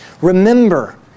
Remember